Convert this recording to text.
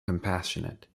compassionate